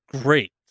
great